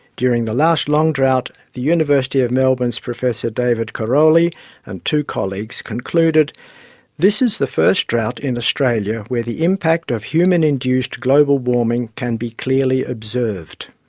during the last long drought, the university of melbourne's professor david karoly and two colleagues concluded this is the first drought in australia where the impact of human-induced global warming can be clearly observed.